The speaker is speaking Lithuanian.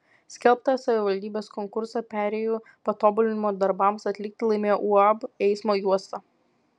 skelbtą savivaldybės konkursą perėjų patobulinimo darbams atlikti laimėjo uab eismo juosta